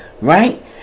Right